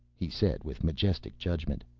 he said with majestic judgment,